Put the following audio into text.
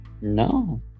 No